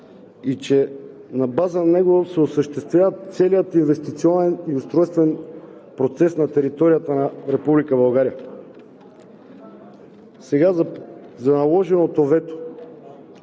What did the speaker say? и че на база на него се осъществява целият инвестиционен и устройствен процес на територията на Република България. За наложеното вето.